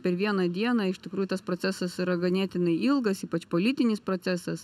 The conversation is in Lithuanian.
per vieną dieną iš tikrųjų tas procesas yra ganėtinai ilgas ypač politinis procesas